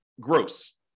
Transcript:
gross